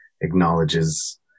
acknowledges